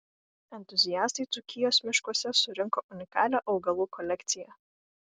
entuziastai dzūkijos miškuose surinko unikalią augalų kolekciją